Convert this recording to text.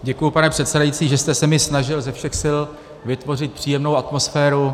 Děkuji, pane předsedající, že jste se mi snažil ze všech sil vytvořit příjemnou atmosféru.